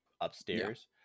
upstairs